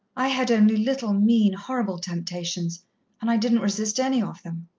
i had only little, mean, horrible temptations and i didn't resist any of them.